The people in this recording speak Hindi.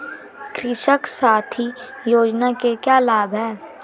कृषक साथी योजना के क्या लाभ हैं?